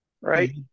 right